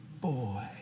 boy